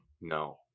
no